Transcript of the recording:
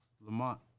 Lamont